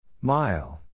Mile